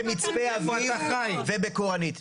במצפה אביב ובקורנית.